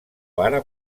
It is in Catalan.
pare